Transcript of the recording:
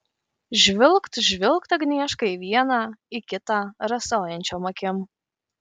žvilgt žvilgt agnieška į vieną į kitą rasojančiom akim